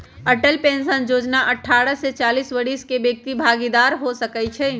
Atal pension जोजना अठारह से चालीस वरिस के व्यक्ति भागीदार हो सकइ छै